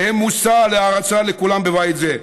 והם מושא להערצה לכולם בבית זה,